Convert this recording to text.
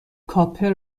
کاپر